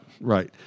right